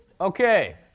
Okay